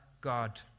God